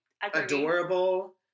Adorable